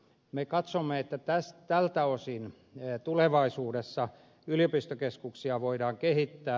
me katsomme että tältä osin tulevaisuudessa yliopistokeskuksia voidaan kehittää